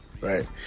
right